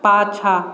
पाछाँ